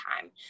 time